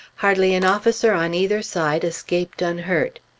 hardly an officer on either side escaped unhurt.